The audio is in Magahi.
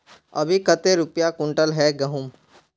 अभी कते रुपया कुंटल है गहुम?